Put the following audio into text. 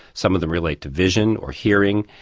some of them relate to vision or hearing,